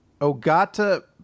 Ogata